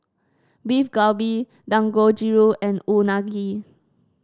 Beef Galbi Dangojiru and Unagi